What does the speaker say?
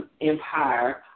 empire